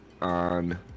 on